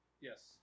Yes